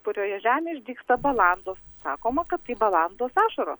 purioje žemėje išdygsta balandos sakoma kad tai balandos ašaros